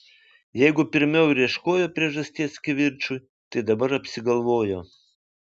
jeigu pirmiau ir ieškojo priežasties kivirčui tai dabar apsigalvojo